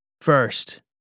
First